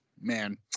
man